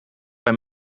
bij